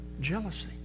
jealousy